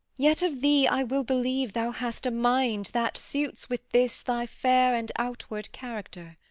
yet of thee i will believe thou hast a mind that suits with this thy fair and outward character.